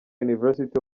university